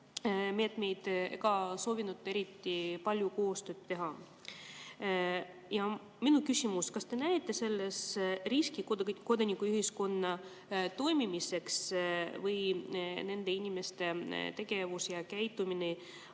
ega soovinud eriti palju koostööd teha. Minu küsimus: kas te näete selles riski kodanikuühiskonna toimimiseks või oli nende inimeste tegevus ja käitumine